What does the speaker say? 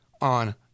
on